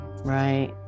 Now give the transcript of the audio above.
right